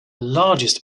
largest